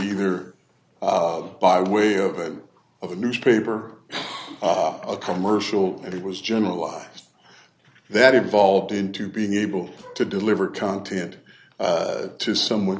either by way of a of a newspaper or a commercial and it was generalized that evolved into being able to deliver content to someone